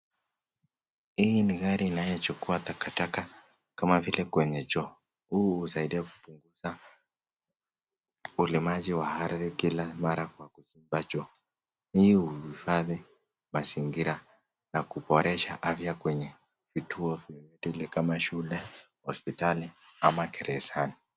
Hii ni gari inayochukua takataka kama vile kwenye choo, husaidia kupunguza ulemaji wa hali kila mara kwa choo. Huhifadhi mazingira na kuboresha afya kwenye vituo kama vile shule, hospitali na gareza.